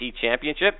Championship